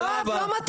מיכל, לא להפריע.